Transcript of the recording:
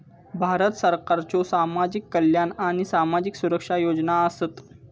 भारत सरकारच्यो सामाजिक कल्याण आणि सामाजिक सुरक्षा योजना आसत